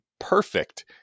perfect